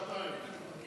לא שעתיים עכשיו.